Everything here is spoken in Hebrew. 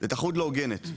והתחרות לא הוגנת.